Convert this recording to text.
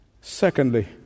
Secondly